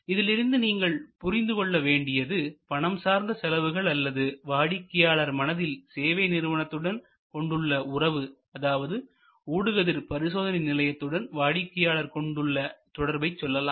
இதிலிருந்து நீங்கள் புரிந்து கொள்ள வேண்டியது பணம் சார்ந்த செலவுகள் அல்லது வாடிக்கையாளர் மனதில் சேவை நிறுவனத்துடன் கொண்டுள்ள உறவு அதாவது ஊடுகதிர் பரிசோதனை நிலையத்துடன் வாடிக்கையாளர் கொண்டுள்ள தொடர்பை சொல்லலாம்